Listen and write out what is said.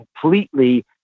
completely